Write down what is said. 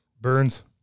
Burns